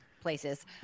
places